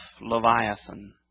Leviathan